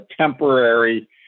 temporary